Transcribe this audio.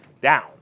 down